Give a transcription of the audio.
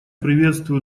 приветствую